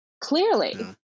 Clearly